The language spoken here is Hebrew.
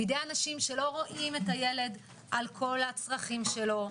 בידי אנשים שלא רואים את הילד על כל הצרכים שלו,